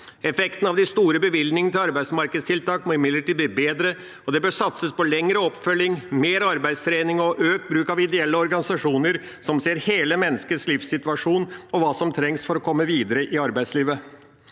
Effekten av de store bevilgningene til arbeidsmarkedstiltak må imidlertid bli bedre, og det bør satses på lengre oppfølging, mer arbeidstrening og økt bruk av ideelle organisasjoner som ser hele menneskets livssituasjon, og hva som trengs for å komme videre i arbeidslivet.